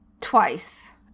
twice